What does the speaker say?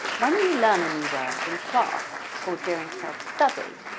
when you learn and new words in class, or during self study,